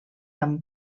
amb